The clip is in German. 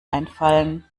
einfallen